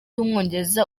w’umwongereza